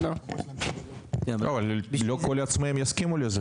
לא כל העצמאים יסכימו לזה.